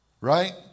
right